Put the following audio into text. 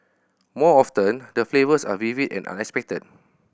more often the flavours are vivid and unexpected